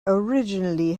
originally